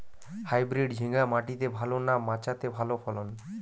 Hybrid ঝিঙ্গা মাটিতে ভালো না মাচাতে ভালো ফলন?